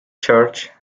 church